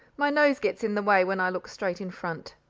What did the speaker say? my nose gets in the way when i look straight in front,